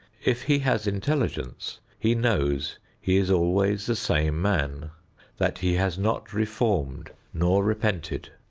if he has intelligence he knows he is always the same man that he has not reformed nor repented.